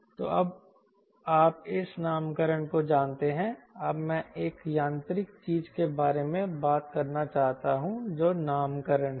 तो अब आप इस नामकरण को जानते हैं अब मैं एक यांत्रिक चीज के बारे में बात करना चाहता हूं जो नामकरण है